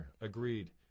agreed